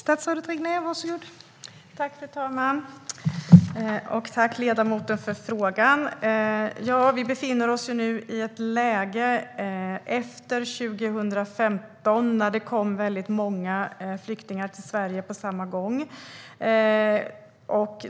Fru talman! Tack, ledamoten, för frågan! Vi befinner oss nu i ett läge efter 2015, när det kom många flyktingar till Sverige på samma gång.